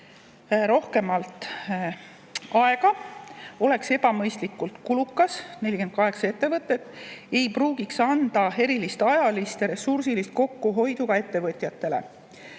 rohkem aega, oleks ebamõistlikult kulukas – 48 ettevõtet – ning ei pruugiks anda erilist ajalist ja ressursilist kokkuhoidu ka ettevõtjatele.